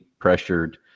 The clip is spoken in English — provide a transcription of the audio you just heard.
pressured